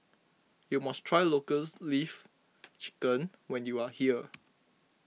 you must try Lotus Leaf Chicken when you are here